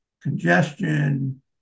congestion